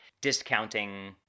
discounting